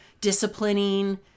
disciplining